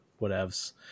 whatevs